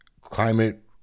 climate